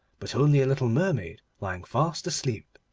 but only a little mermaid lying fast asleep.